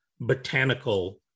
botanical